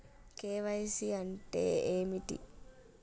KYC అంటే ఏమిటి?